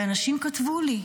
ואנשים כתבו לי: